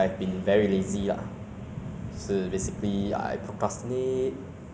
so I think egos is uh is one big thing that I would